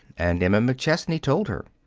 and emma mcchesney told her.